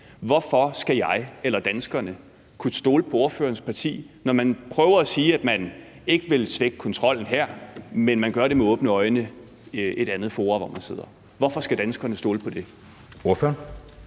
Hvorfor skal jeg eller danskerne kunne stole på ordførerens parti, når man prøver at sige her, at man ikke vil svække kontrollen, men man gør det med åbne øjne i et andet forum, hvor man sidder? Hvorfor skal danskerne stole på det? Kl.